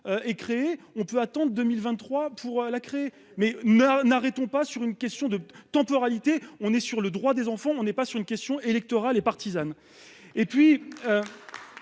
Et créé on peut attendre 2023 pour la créer. Mais nous n'arrêtons pas sur une question de temporalité. On est sur le droit des enfants, on n'est pas sur une question électorale et partisane